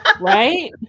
Right